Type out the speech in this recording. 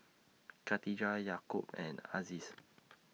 Khatijah Yaakob and Aziz